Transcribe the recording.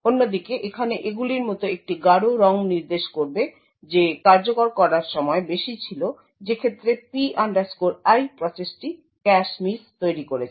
অন্যদিকে এখানে এগুলির মতো একটি গাঢ় রঙ নির্দেশ করবে যে কার্যকর করার সময় বেশি ছিল যে ক্ষেত্রে P i প্রসেসটি ক্যাশ মিস তৈরী করেছে